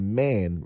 man